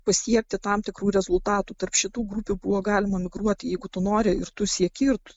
pasiekti tam tikrų rezultatų tarp šitų grupių buvo galima migruoti jeigu tu nori ir tu sieki ir